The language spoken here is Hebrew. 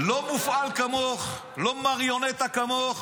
-- לא מופעל כמוך, לא מריונטה כמוך,